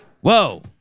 whoa